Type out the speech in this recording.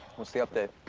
what's the update?